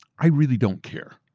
i really don't care.